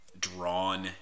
drawn